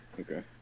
Okay